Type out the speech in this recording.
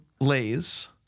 Lay's